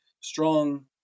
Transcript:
strong